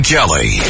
Kelly